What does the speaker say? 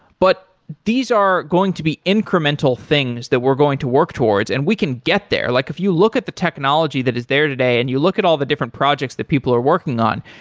but these are going to be incremental things that we're going to work towards, and we can get there. like if you look at the technology that is there today and you look at all the different projects that people are working on,